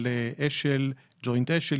של ג׳וינט אש״ל,